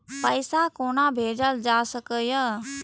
पैसा कोना भैजल जाय सके ये